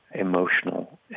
emotional